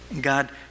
God